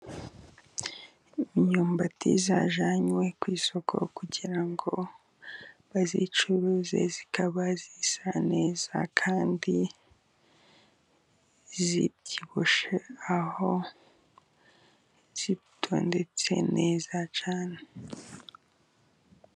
Imyumbati yajyanywe ku isoko kugira ngo bayicuruze, ikaba isa neza kandi ibyibushye, aho itondetse neza cyane.